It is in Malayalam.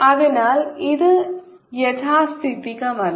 അതിനാൽ ഇത് യാഥാസ്ഥിതികമല്ല